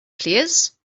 plîs